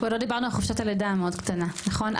ועוד לא דיברנו על חופשת הלידה מאוד קטנה נכון?